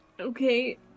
Okay